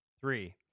Three